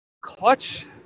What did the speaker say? Clutch